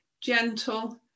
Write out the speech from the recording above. gentle